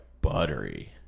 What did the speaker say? buttery